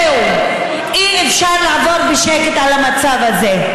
זהו, אי-אפשר לעבור בשקט על המצב הזה.